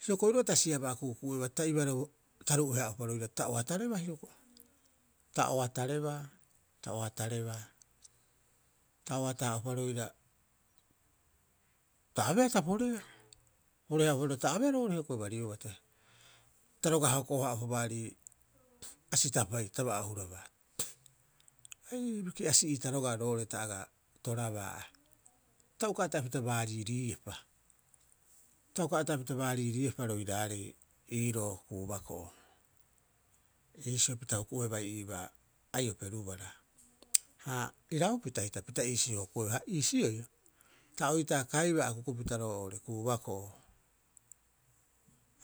Hioko'i roga'a ta siabaa ku'uku'ueuba ta ibarau taruu'e- haa'upa roira ta oatareba hioko'i. Ta oatarebaa, ta oatarebaa, ta oata- haa'upa roira, ta abeea ta poreea. Porehaa'uopa ta abeea hioko'i roo'ore Bariobate. Ta roga'a hoko- haa'upa baarii Asitapai ta ba'oohuraba, aii biki'asi'ita rog'a roo'ore ta aga torabaa a. Ta uka ata'epita baariiriiepa ta uka ata'epita baariiriiepa roiraarei ii roo kuubako'o. Iisio pita huku'ohe iibaa aiope rubara. Ha iraupita hita pita iisio hokoeu, ha iisioi ta oitaa kaibaa kakukupita roo'ore kuubako'o,